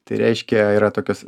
tai reiškia yra tokios